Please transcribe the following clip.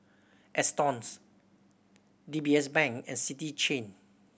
Astons D B S Bank and City Chain